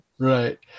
Right